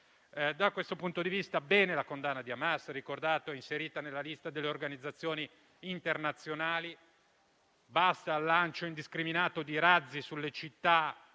Da questo punto di vista, bene la condanna di Hamas inserita nella lista delle organizzazioni internazionali e basta al lancio indiscriminato di razzi sulle città